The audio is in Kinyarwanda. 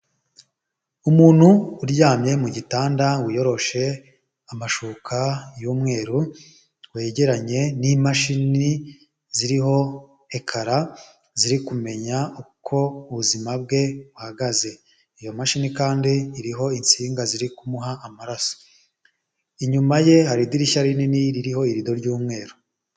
Umuntu uryamye mu gitanda wiyoroshe amashuka y'umweru, wegeranye n'imashini ziriho ekara ziri kumenya uko ubuzima bwe buhagaze, iyo mashini kandi iri insinga ziri kumuha, inyuma ye hari idirishya rinini ririho irido ry'umweru.